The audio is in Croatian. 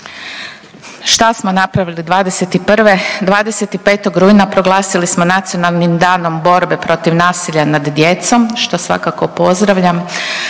Šta smo napravili '21.? 25. rujna proglasili smo Nacionalnim danom borbe protiv nasilja nad djecom, što svakako pozdravljam,